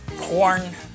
corn